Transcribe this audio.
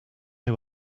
who